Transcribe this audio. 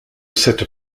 cette